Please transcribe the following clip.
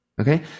okay